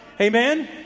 Amen